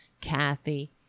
kathy